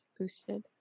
boosted